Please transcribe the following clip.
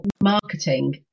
marketing